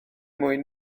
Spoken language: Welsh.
mwyn